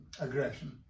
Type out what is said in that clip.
aggression